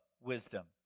wisdom